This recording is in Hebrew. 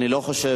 אני לא חושב.